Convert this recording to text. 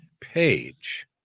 page